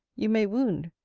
you may wound.